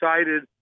excited